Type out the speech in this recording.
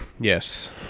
Yes